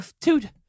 dude